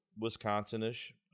Wisconsin-ish